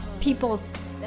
people's